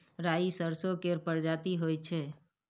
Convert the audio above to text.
राई सरसो केर परजाती होई छै